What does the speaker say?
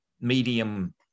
medium